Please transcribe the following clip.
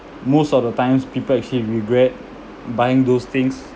most of the times people regret buying those things